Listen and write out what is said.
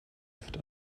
oft